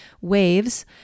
waves